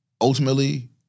Ultimately